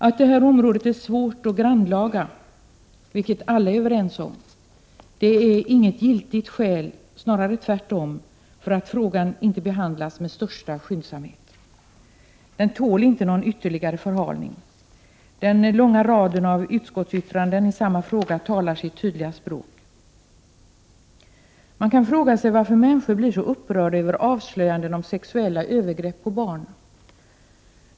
Att detta område är svårt och grannlaga, vilket alla är överens om, är inte något giltigt skäl, snarare tvärtom, för att frågan inte behandlas med största skyndsamhet. Den tål inte någon ytterligare förhalning. Den långa raden av utskottsyttranden i samma fråga talar sitt tydliga språk. Man kan fråga sig varför människor blir så upprörda över avslöjanden om sexuella övergrepp på barn.